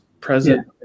present